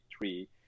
three